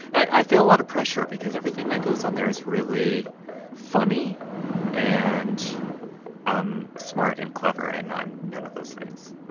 i feel a lot of pressure because everything that goes on there is really funny and um smart and clever. and i'm none of those things